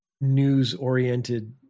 news-oriented